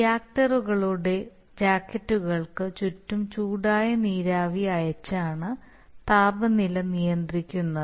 റിയാക്ടറുകളുടെ ജാക്കറ്റുകൾക്ക് ചുറ്റും ചൂടായ നീരാവി അയച്ചാണ് താപനില നിയന്ത്രിക്കുന്നത്